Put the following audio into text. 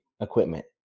equipment